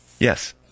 Yes